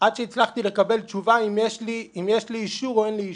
עד שהצלחתי לקבל תשובה אם יש לי אישור או אין לי אישור.